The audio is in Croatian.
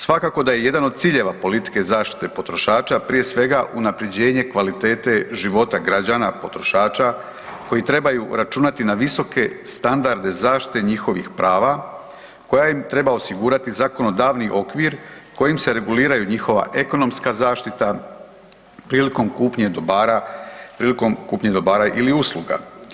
Svakako da je jedan od ciljeva politike zaštite potrošača prije svega unaprjeđenje kvalitete života građana potrošača koji trebaju računati na visoke standarde zaštite njihovih prava koja im treba osigurati zakonodavni okvir kojim se reguliraju njihova ekonomska zaštita, prilikom kupnje dobara ili usluga.